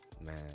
man